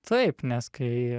taip nes kai